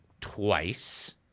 twice